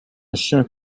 chien